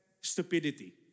stupidity